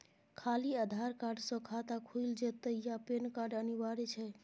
खाली आधार कार्ड स खाता खुईल जेतै या पेन कार्ड अनिवार्य छै?